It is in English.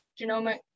genomic